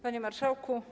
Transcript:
Panie Marszałku!